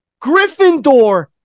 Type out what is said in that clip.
Gryffindor